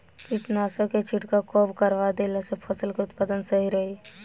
कीटनाशक के छिड़काव कब करवा देला से फसल के उत्पादन सही रही?